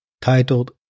titled